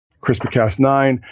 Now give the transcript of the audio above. CRISPR-Cas9